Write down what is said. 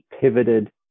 pivoted